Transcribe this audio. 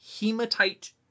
hematite